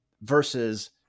versus